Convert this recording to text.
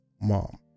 mom